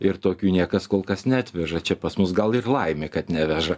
ir tokių niekas kol kas neatveža čia pas mus gal ir laimė kad neveža